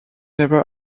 never